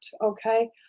okay